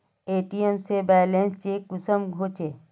ATM से balance check कुंसम होचे?